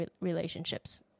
relationships